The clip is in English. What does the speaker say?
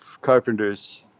carpenters